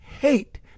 hate